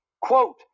quote